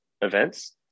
events